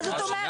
מה זאת אומרת?